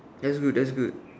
that's good that's good